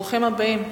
ברוכים הבאים.